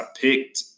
picked